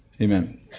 Amen